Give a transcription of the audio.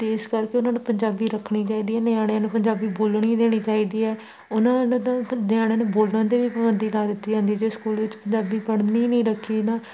ਅਤੇ ਇਸ ਕਰਕੇ ਉਹਨਾਂ ਨੂੰ ਪੰਜਾਬੀ ਰੱਖਣੀ ਚਾਹੀਦੀ ਹੈ ਨਿਆਣਿਆਂ ਨੂੰ ਪੰਜਾਬੀ ਬੋਲਣੀ ਦੇਣੀ ਚਾਹੀਦੀ ਹੈ ਉਹਨਾਂ ਦਾ ਨਿਆਣਿਆਂ ਨੂੰ ਬੋਲਣ 'ਤੇ ਵੀ ਪਾਬੰਦੀ ਲਾ ਦਿੱਤੀ ਜਾਂਦੀ ਜੇ ਸਕੂਲ ਵਿੱਚ ਪੰਜਾਬੀ ਪੜ੍ਹਨੀ ਨਹੀਂ ਰੱਖੀ ਨਾ